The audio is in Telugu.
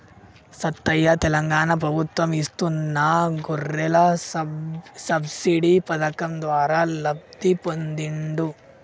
సత్తయ్య తెలంగాణ ప్రభుత్వం ఇస్తున్న గొర్రెల సబ్సిడీ పథకం ద్వారా లబ్ధి పొందిండు